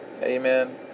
Amen